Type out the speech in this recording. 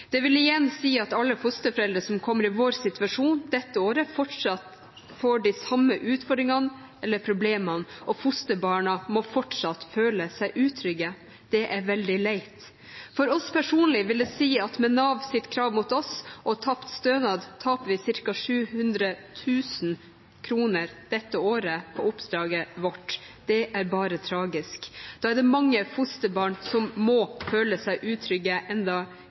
Det vil igjen si at alle fosterforeldre som kommer i vår situasjon dette året, fortsatt får de samme utfordringene eller problemene, og fosterbarna må fortsatt føle seg utrygge. Det er veldig leit. For oss personlig vil det si at med Nav sitt krav mot oss og tapt stønad taper vi ca. 700 000 kr dette året på oppdraget vårt. Det er bare tragisk. Da er det mange fosterbarn som må føle seg utrygge